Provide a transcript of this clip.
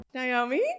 Naomi